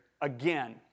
again